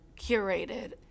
curated